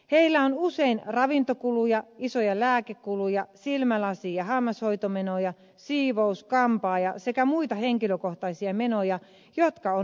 heillä on usein ravintokuluja isoja lääkekuluja silmälasi ja hammashoitomenoja siivous kampaaja sekä muita henkilökohtaisia menoja jotka on maksettava itse